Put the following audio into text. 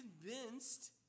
convinced